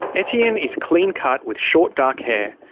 etienne is clean cut with short dark hair.